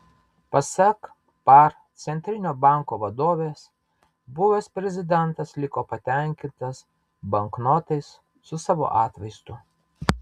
pasak par centrinio banko vadovės buvęs prezidentas liko patenkintas banknotais su savo atvaizdu